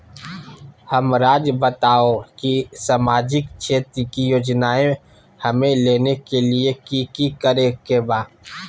हमराज़ बताओ कि सामाजिक क्षेत्र की योजनाएं हमें लेने के लिए कि कि करे के बा?